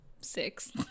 Six